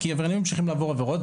כי עבריינים ממשיכים לעבור עבירות,